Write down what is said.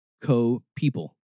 co-people